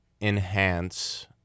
enhance